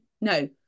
no